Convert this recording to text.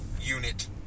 unit